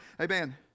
Amen